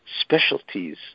specialties